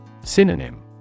Synonym